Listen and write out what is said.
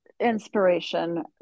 inspiration